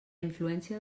influència